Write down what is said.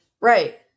Right